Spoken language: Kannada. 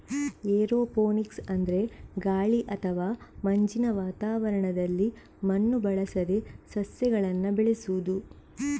ಏರೋಪೋನಿಕ್ಸ್ ಅಂದ್ರೆ ಗಾಳಿ ಅಥವಾ ಮಂಜಿನ ವಾತಾವರಣದಲ್ಲಿ ಮಣ್ಣು ಬಳಸದೆ ಸಸ್ಯಗಳನ್ನ ಬೆಳೆಸುದು